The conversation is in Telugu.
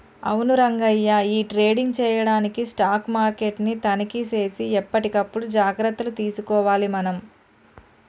అవును రంగయ్య ఈ ట్రేడింగ్ చేయడానికి స్టాక్ మార్కెట్ ని తనిఖీ సేసి ఎప్పటికప్పుడు జాగ్రత్తలు తీసుకోవాలి మనం